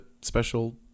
special